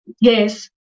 yes